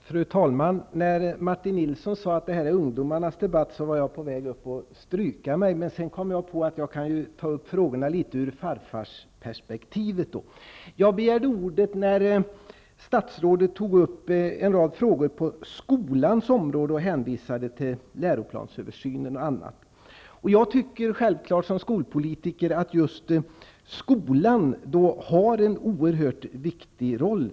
Fru talman! När Martin Nilsson sade att detta är ungdomarnas debatt var jag på väg att stryka mig. Men sedan kom jag på att jag kan ta upp frågorna litet ur farfarsperspektiv. Jag begärde ordet när statsrådet tog upp en rad frågor på skolans område och hänvisade till läroplansöversynen och annat. Jag tycker självklart som skolpolitiker att just skolan har en oerhört viktig roll.